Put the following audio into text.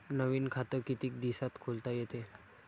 नवीन खात कितीक दिसात खोलता येते?